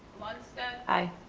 lundstedt. i.